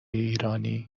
ایرانی